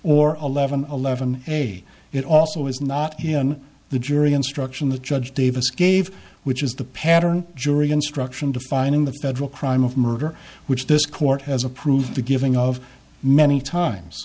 or eleven eleven a it also is not on the jury instruction the judge davis gave which is the pattern jury instruction defining the federal crime of murder which this court has approved the giving of many times